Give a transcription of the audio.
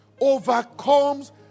overcomes